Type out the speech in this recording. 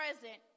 present